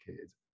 kids